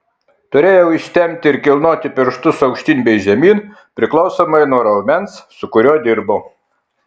turėjau ištempti ir kilnoti pirštus aukštyn bei žemyn priklausomai nuo raumens su kuriuo dirbau